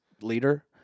leader